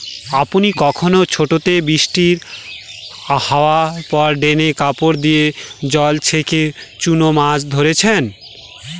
আপনি কখনও ছোটোতে বৃষ্টি হাওয়ার পর ড্রেনে কাপড় দিয়ে জল ছেঁকে চুনো মাছ ধরেছেন?